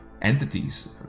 entities